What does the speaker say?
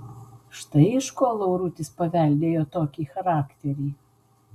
štai iš ko laurutis paveldėjo tokį charakterį